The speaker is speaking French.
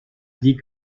dit